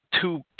two